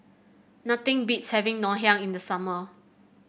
nothing beats having Ngoh Hiang in the summer